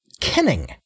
Kenning